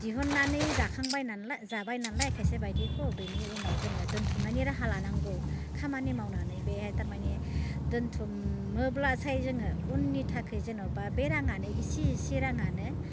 दिहुननानै जाखांबाय नालाय जाबाय नालाय खायसे बायदिखौ बेनि उनाव जोङो दोनथुमनायनि राहा लानांगौ खामानि मावनानै बे थारमाने दोनथुमोब्ला साय जोङो उननि थाखाय जेनेबा बे राङानो एसे एसे राङानो